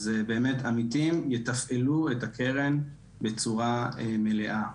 אז באמת עמיתים יתפעלו את הקרן בצורה מלאה.